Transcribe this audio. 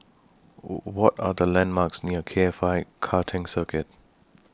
What Are The landmarks near K F I Karting Circuit